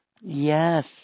Yes